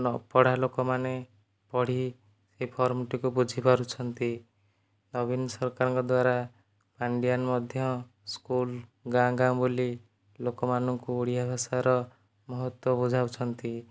ନ ପଢ଼ାଲୋକ ମାନେ ପଢ଼ି ଏଇ ଫର୍ମଟିକୁ ବୁଝି ପାରୁଛନ୍ତି ନବୀନ ସରକାରଙ୍କ ଦ୍ୱାରା ପାଣ୍ଡିଆନ ମଧ୍ୟ ସ୍କୁଲ ଗାଁ ଗାଁ ବୁଲି ଲୋକ ମାନକୁ ଓଡ଼ିଆ ଭାଷାର ମହତ୍ତ୍ୱ ବୁଝାଉଛନ୍ତି